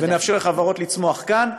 ונאפשר לחברות לצמוח כאן.